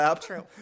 True